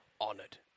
honoured